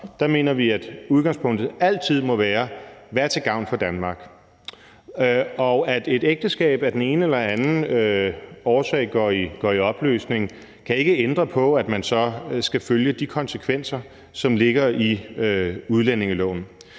må tages udgangspunkt i, hvad der er til gavn for Danmark. Og at et ægteskab af den ene eller anden årsag går i opløsning, kan ikke ændre på, at man så skal følge de konsekvenser, som ligger i udlændingeloven.